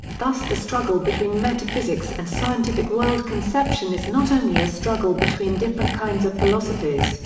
thus the struggle between metaphysics and scientific world-conception is not only a struggle between different kinds of philosophies,